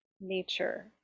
nature